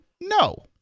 No